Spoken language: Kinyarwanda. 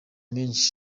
menshi